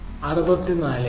64 K